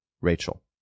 Rachel